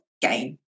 game